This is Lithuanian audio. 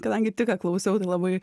kadangi tik ką klausiau labai